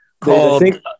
called